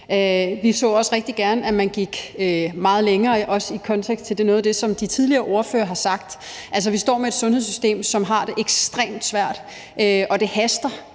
Vi så også rigtig gerne, at man gik meget længere, også i samme kontekst som noget af det, som de tidligere ordførere har sagt. Altså, vi står med et sundhedssystem, som har det ekstremt svært, og det haster